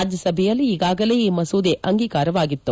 ರಾಜ್ಯಸಭೆಯಲ್ಲಿ ಈಗಾಗಲೇ ಈ ಮಸೂದೆ ಅಂಗೀಕಾರವಾಗಿತ್ತು